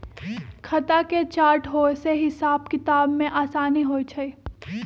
खता के चार्ट होय से हिसाब किताब में असानी होइ छइ